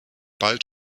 bald